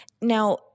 Now